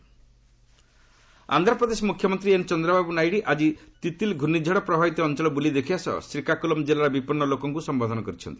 AP cyclone Andhra Pradesh ମୁଖ୍ୟମନ୍ତ୍ରୀ N Chandrababu Naidu ଆଜି ତିତ୍ଲି ଘ୍ରର୍ଷିଝଡ଼ ପ୍ରଭାବିତ ଅଞ୍ଚଳ ବୁଲି ଦେଖିବା ସହ ଶ୍ରୀକାକୁଲମ୍ କିଲ୍ଲାର ବିପନ୍ନ ଲୋକଙ୍କୁ ସମ୍ଭୋଧନ କରିଛନ୍ତି